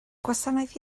gwasanaeth